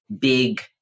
big